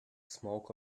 smoke